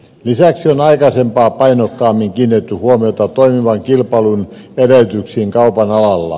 lisäksi on aikaisempaa painokkaammin kiinnitetty huomiota toimivan kilpailun edellytyksiin kaupan alalla